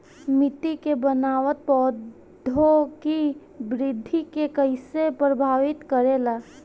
मिट्टी के बनावट पौधों की वृद्धि के कईसे प्रभावित करेला?